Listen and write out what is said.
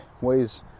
weighs